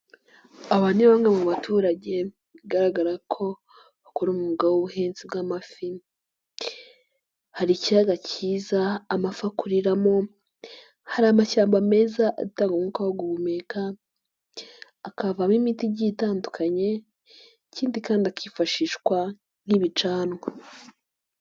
Aba ni bamwe mu baturage bigaragara ko bakora umwuga w'ubuhinzi bw'amafi. Hari ikiyaga kiza amafi akuriramo. Hari amashyamba meza atanga umwuka wo guhumeka, akavamo imiti igiye itandukanye. Ikindi kandi akifashishwa nk'ibicanwa.